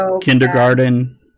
kindergarten